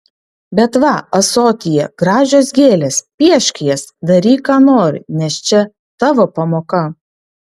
bet va ąsotyje gražios gėlės piešk jas daryk ką nori nes čia tavo pamoka